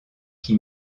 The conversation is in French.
qui